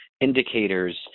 indicators